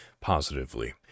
positively